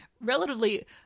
relatively